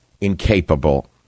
incapable